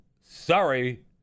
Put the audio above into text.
sorry